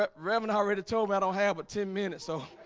but reven already told me i don't have but ten minutes so